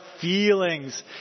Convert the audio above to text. feelings